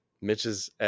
mitch's